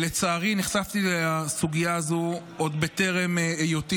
לצערי נחשפתי לסוגיה הזאת עוד בטרם היותי